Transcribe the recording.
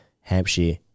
Hampshire